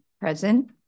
Present